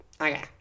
okay